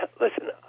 listen